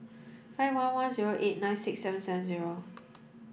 five one one zero eight nine six seven seven zero